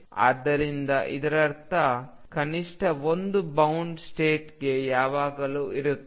ಆದ್ದರಿಂದ ಇದರರ್ಥ ಕನಿಷ್ಠ ಒಂದು ಬೌಂಡ್ ಸ್ಟೇಟ್ ಯಾವಾಗಲೂ ಇರುತ್ತದೆ